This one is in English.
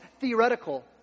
theoretical